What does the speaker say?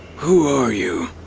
who are you?